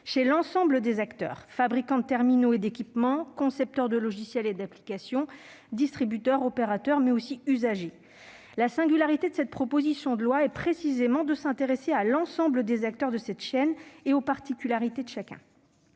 chez l'ensemble des acteurs : fabricants de terminaux et d'équipements, concepteurs de logiciels et d'applications, distributeurs, opérateurs, mais aussi usagers. La singularité de cette proposition de loi est précisément de s'intéresser à l'ensemble des acteurs de cette chaîne, et aux particularités de chacun.